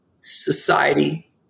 society